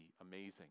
amazing